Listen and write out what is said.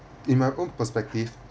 in my own perspective